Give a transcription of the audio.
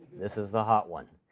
this is the hot one.